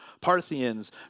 Parthians